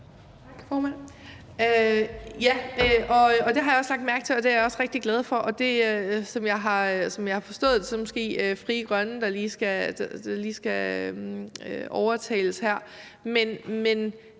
Tak, formand. Ja, det har jeg lagt mærke til, og det er jeg også rigtig glad for. Og som jeg har forstået det, er det måske Frie Grønne, der lige skal overtales her. Men